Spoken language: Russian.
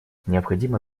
необходимо